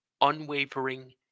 unwavering